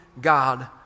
God